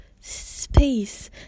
space